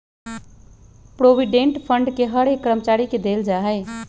provident fund के हर एक कर्मचारी के देल जा हई